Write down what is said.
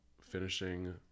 finishing